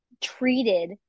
treated